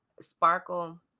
Sparkle